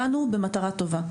באנו במטרה טובה.